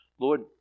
Lord